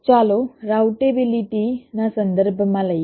ચાલો રાઉટેબિલિટી ના સંદર્ભમાં લઈએ